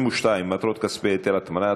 22) (מטרות כספי היטל הטמנה),